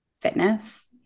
fitness